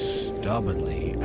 stubbornly